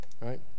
right